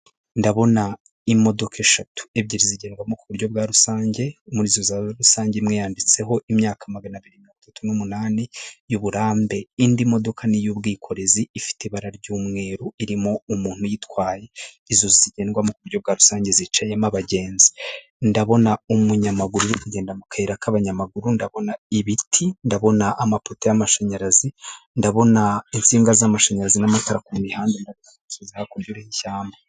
Ndabona imodoka eshatu ebyiri zigerwamo kuburyo bwa rusange muririzo za rusange imwe yanditseho imyaka maganabiri na mirongo itatu n'umunani y'uburambe indi modoka ni iy'ubwikorezi ifite ibara ry'umweru irimo umuntu yitwayezo zigendwa muburyo bwa rusange zicayemo abagenzi ndabona umunyamaguru ndagenda mu kayira k'abanyamaguru ndabona ibiti ndabona amapoto y'amashanyarazi ndabona insinga z'amashanyarazi n'amatara ku y'ishyamba.